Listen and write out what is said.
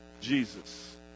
Jesus